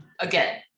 again